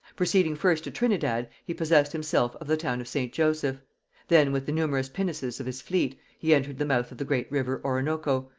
proceeding first to trinidad, he possessed himself of the town of st. joseph then, with the numerous pinnaces of his fleet, he entered the mouth of the great river oronoco,